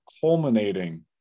culminating